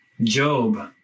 Job